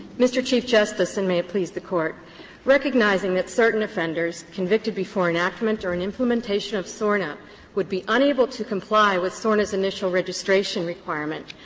mr. chief justice, and may it please the court recognizing that certain offenders convicted before enactment or and implementation of sorna would be unable to comply with sorna's initial registration requirement,